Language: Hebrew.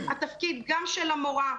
התפקיד גם של המורה,